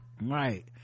right